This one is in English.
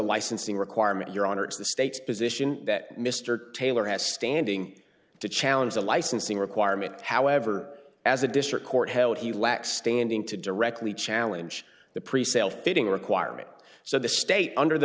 licensing requirement your honor it's the state's position that mr taylor has standing to challenge the licensing requirement however as a district court held he lacks standing to directly challenge the presale fitting requirement so the state under the